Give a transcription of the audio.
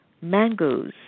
mangoes